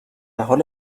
حال